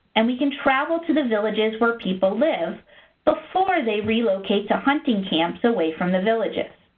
and we can travel to the villages where people live before they relocate to hunting camps away from the villages.